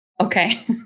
Okay